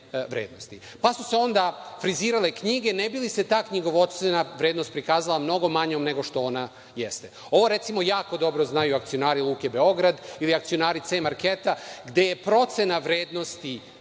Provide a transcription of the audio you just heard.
pa su se onda frizirale knjige, ne bi li se ta knjigovodstvena vrednost prikazala mnogo manjom nego što ona jeste. Ovo jako dobro znaju akcionari Luke Beograd ili akcionari C marketa, gde je procena vrednosti